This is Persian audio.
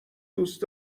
دوست